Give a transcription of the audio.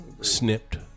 Snipped